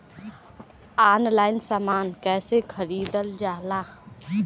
Online समान कैसे खरीदल जाला?